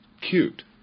cute